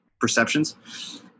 perceptions